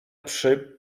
przy